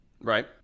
Right